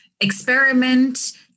experiment